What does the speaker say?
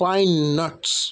pine nuts